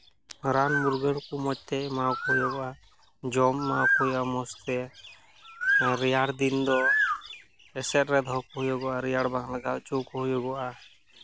ᱨᱟᱱ ᱢᱩᱨᱜᱟᱹᱱ ᱠᱚ ᱢᱚᱡᱽ ᱛᱮ ᱮᱢᱟᱣ ᱠᱚ ᱦᱩᱭᱩᱜᱼᱟ ᱡᱚᱢ ᱮᱢᱟᱣ ᱠᱚ ᱦᱩᱭᱩᱜᱼᱟ ᱢᱚᱡᱽ ᱛᱮ ᱨᱮᱭᱟᱲ ᱫᱤᱱ ᱫᱚ ᱮᱥᱮᱨ ᱨᱮ ᱫᱚᱦᱚ ᱠᱟᱠᱚ ᱦᱩᱭᱩᱜᱼᱟ ᱨᱮᱭᱟᱲ ᱵᱟᱝ ᱞᱟᱜᱟᱣ ᱦᱚᱪᱚ ᱦᱩᱭᱩᱜᱚᱜᱼᱟ